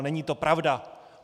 Není to pravda.